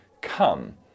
come